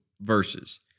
verses